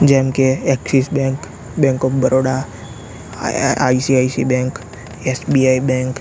જેમકે Axis bank bank of Baroda ICICI bank SBI bank